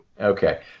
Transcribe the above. Okay